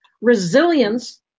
Resilience